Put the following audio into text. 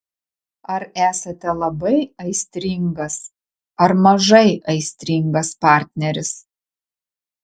ar esate labai aistringas ar mažai aistringas partneris